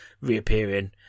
reappearing